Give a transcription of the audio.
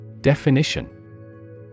Definition